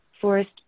forest